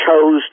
chose